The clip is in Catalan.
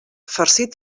farcit